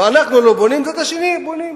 ואנחנו לא בונים, הצד השני בונים.